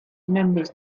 members